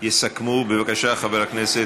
חברת הכנסת